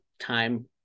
time